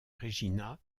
regina